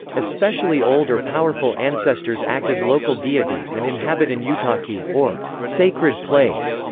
especially old or powerful ancestors act as local deities and inhabit an utaki, or sacred place.